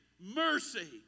mercy